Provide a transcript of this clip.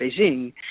Beijing